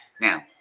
Now